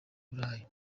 burayi